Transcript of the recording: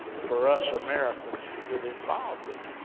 for us americans, to get involved in.